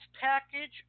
package